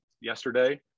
yesterday